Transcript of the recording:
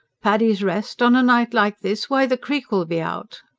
paddy's rest? on a night like this? why, the creek will be out.